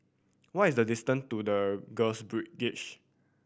what is the distant to The Girls